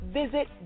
visit